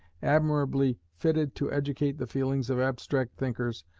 admirably fitted to educate the feelings of abstract thinkers,